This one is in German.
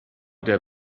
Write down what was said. der